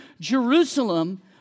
Jerusalem